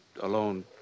alone